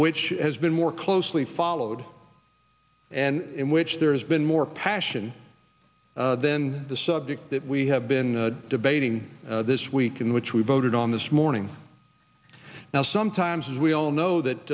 which has been more closely followed and in which there has been more passion then the subject that we have been debating this week in which we voted on this morning now sometimes we all know that